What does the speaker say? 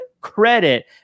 credit